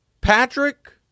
Patrick